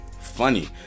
funny